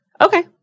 okay